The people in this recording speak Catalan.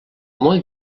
molt